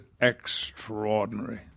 extraordinary